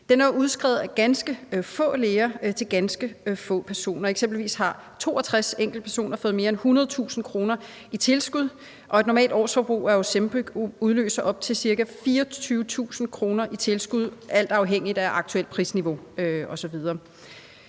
er udskrevet af ganske få læger til ganske få personer. Eksempelvis har 62 enkeltpersoner fået mere end 100.000 kr. i tilskud, og et normalt årsforbrug af Ozempic udløser op til ca. 24.000 kr. i tilskud alt afhængigt af aktuelt prisniveau osv.